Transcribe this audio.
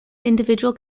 individual